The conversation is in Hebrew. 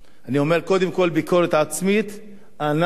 אנחנו האזרחים לא עושים את חלקנו,